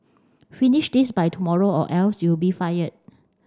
finish this by tomorrow or else you'll be fired